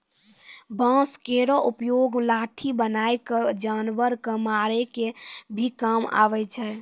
बांस केरो उपयोग लाठी बनाय क जानवर कॅ मारै के भी काम आवै छै